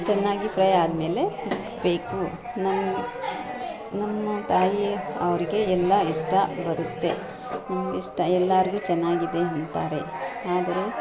ಚೆನ್ನಾಗಿ ಫ್ರೈ ಆದಮೇಲೆ ಬೇಕು ನಮ್ಮ ನಮ್ಮ ತಾಯಿ ಅವ್ರಿಗೆ ಎಲ್ಲ ಇಷ್ಟ ಬರುತ್ತೆ ಇಷ್ಟ ಎಲ್ಲಾರಿಗೂ ಚೆನ್ನಾಗಿದೆ ಅಂತಾರೆ ಆದರೆ